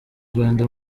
rwanda